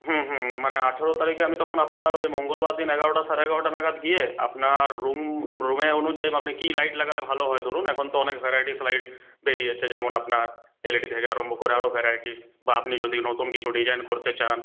হ্যাঁ হ্যাঁ মানে আঠেরো তারিখে আমি তখন আপনার ওই মঙ্গলবার দিন এগারোটা সাড়ে এগারোটা নাগাদ গিয়ে আপনার রুম রুমে অনুযায়ী আপনি কি লাইট লাগালে ভালো হয় ধরুন এখন তো অনেক ভ্যারাইটিস লাইট বেরিয়েছে যেমন আপনার এলইডি থেকে আরম্ভ করে আরও ভ্যারাইটিস বা আপনি যদি নতুন কিছু ডিজাইন করতে চান